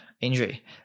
injury